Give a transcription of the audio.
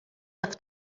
hekk